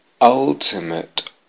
ultimate